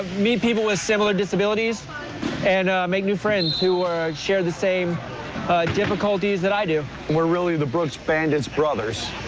i mean people with similar disabilities and make new friends who share the same difficulties that i do. we're really the brooks bandits brothers,